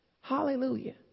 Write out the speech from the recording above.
Hallelujah